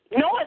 No